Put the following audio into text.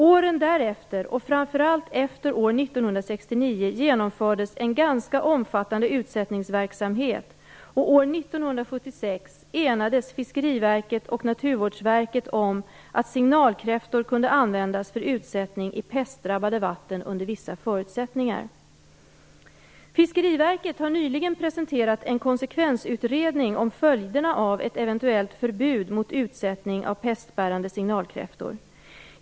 Åren därefter och framför allt efter år 1969 genomfördes en ganska omfattande utsättningsverksamhet, och år 1976 enades Fiskeriverket och Naturvårdsverket om att signalkräftor kunde användas för utsättning i pestdrabbade vatten under vissa förutsättningar. Fiskeriverket har nyligen presenterat en konsekvensutredning om följderna av ett eventuellt förbud mot utsättning av pestbärande signalkräftor.